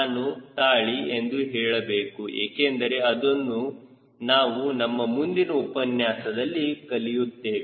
ನಾನು ತಾಳಿ ಎಂದು ಹೇಳಬಹುದು ಏಕೆಂದರೆ ಅದನ್ನು ನಾವು ನಮ್ಮ ಮುಂದಿನ ಉಪನ್ಯಾಸದಲ್ಲಿ ಕಲಿಯುತ್ತೇವೆ